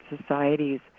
societies